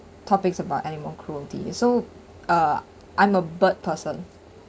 topics about animal cruelty so uh I'm a bird person